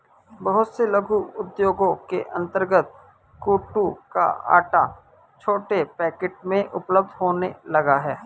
बहुत से लघु उद्योगों के अंतर्गत कूटू का आटा छोटे पैकेट में उपलब्ध होने लगा है